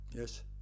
Yes